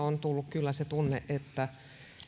on tullut kyllä se tunne että